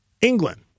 England